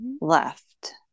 Left